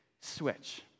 switch